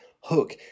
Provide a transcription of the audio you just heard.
Hook